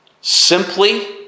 simply